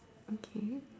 okay